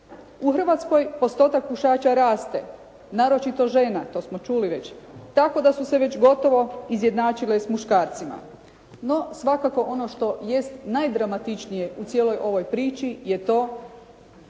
U Hrvatskoj postotak pušača raste naročito žena, to smo čuli već tako da su se već gotovo izjednačile s muškarcima. No svakako ono što jest najdramatičnije u cijeloj ovoj priči je to